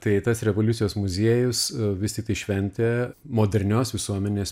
tai tas revoliucijos muziejus vis tik tai šventė modernios visuomenės